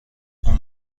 اون